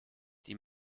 die